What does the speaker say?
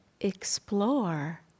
explore